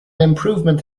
improvement